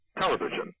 television